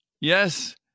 yes